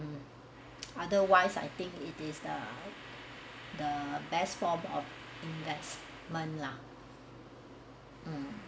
um otherwise I think it is a the best form of investment lah mm